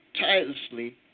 tirelessly